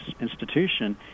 institution